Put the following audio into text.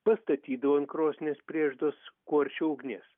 pastatydavo ant krosnies prėždos kuo arčiau ugnies